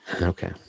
Okay